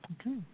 okay